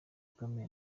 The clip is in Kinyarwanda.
ikomeye